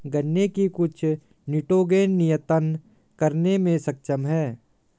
गन्ने की कुछ निटोगेन नियतन करने में सक्षम है